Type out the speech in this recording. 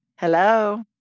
Hello